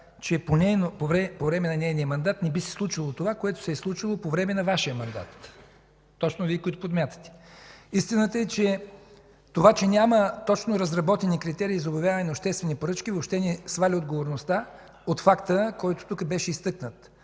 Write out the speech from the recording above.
че по време на нейния мандат не би се случило това, което се е случило по време на Вашия мандат – точно Вие, които подмятате. Истината е, че това, че няма точно разработени критерии за обявяване на обществени поръчки, въобще не сваля отговорността от факта, който тук беше изтъкнат.